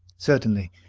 certainly,